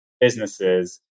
businesses